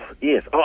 yes